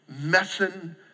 messing